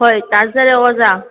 ꯍꯣꯏ ꯇꯥꯖꯔꯦ ꯑꯣꯖꯥ